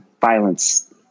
violence